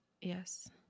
Yes